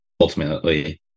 ultimately